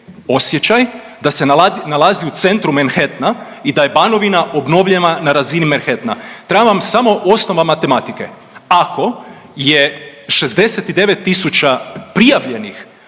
osjećaj da se nalazi u centru Manhattana i da je Banovina obnovljena na razini Manhattana, treba vam samo osnova matematike, ako je 69 tisuća prijavljenih